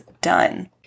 done